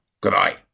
Goodbye